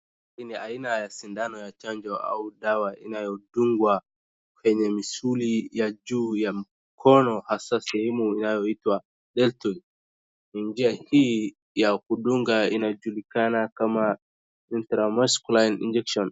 Hii ni aina ya sindano ya chanjo au dawa inayodungwa kwenye misuli ya juu ya mkono hasa sehemu inayoitwa deltoid na njia hii ya kudunga inaitwa dental masculine injection